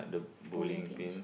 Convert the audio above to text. bowling pins